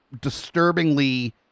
disturbingly